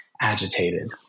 agitated